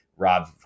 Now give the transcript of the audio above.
Rob